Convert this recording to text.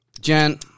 jen